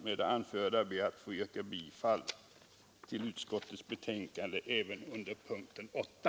Med det anförda ber jag att få yrka bifall till utskottets hemställan även under punkten 8.